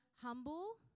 humble